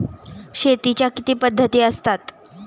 शेतीच्या किती पद्धती असतात?